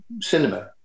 cinema